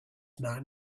man